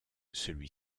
celui